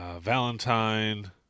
Valentine